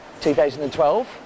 2012